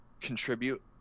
contribute